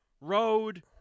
road